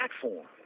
platform